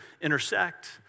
intersect